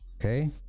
Okay